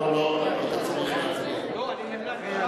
לא לא, אתה צריך, לא, אני נמנעתי,